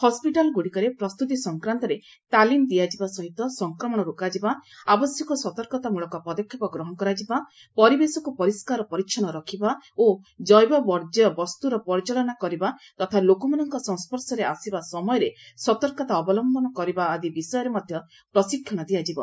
ହସିଟାଲ୍ଗୁଡ଼ିକରେ ପ୍ରସ୍ତୁତି ସଂକ୍ରାନ୍ତରେ ତାଲିମ୍ ଦିଆଯିବା ସହିତ ସଂକ୍ରମଣ ରୋକାଯିବା ଆବଶ୍ୟକ ସତର୍କତାମ୍ବଳକ ପଦକ୍ଷେପ ଗ୍ରହଣ କରାଯିବା ପରିବେଶକୁ ପରିଷ୍କାର ପରିଚ୍ଛନ୍ନ ରଖିବା ଓ ଜୈବ ବର୍ଜ୍ୟ ବସ୍ତୁର ପରିଚାଳନା କରିବା ତଥା ଲୋକମାନଙ୍କ ସଂସ୍ୱର୍ଶରେ ଆସିବା ସମୟରେ ସତର୍କତା ଅବଲୟନ କରିବା ଆଦି ବିଷୟରେ ମଧ୍ୟ ପ୍ରଶିକ୍ଷଣ ଦିଆଯିବ